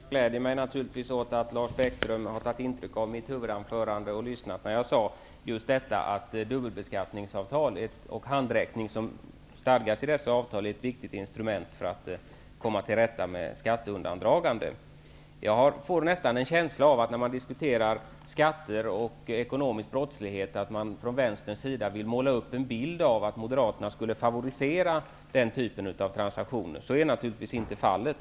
Fru talman! Jag gläder mig naturligtvis åt att Lars Bäckström har tagit intryck av mitt huvudanförande, och att han lyssnade när jag sade att dubbelbeskattningsavtal, och handräckning som stadgas i dessa avtal, är ett viktigt instrument för att komma till rätta med skatteundandragande. Jag får nästan en känsla av att man från vänsterns sida -- när skatter och ekonomisk brottslighet diskuteras -- vill måla upp en bild av att Moderaterna favoriserar den typen av transaktioner. Så är naturligtvis inte fallet.